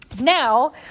now